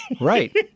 Right